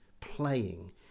playing